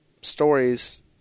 stories